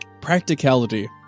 practicality